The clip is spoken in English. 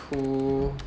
two